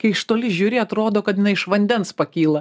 kai iš toli žiūri atrodo kad jinai iš vandens pakyla